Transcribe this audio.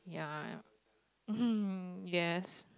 yeah um yes